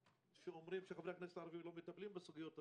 שאומרים שחברי הכנסת לא מטפלים בסוגיות האלה.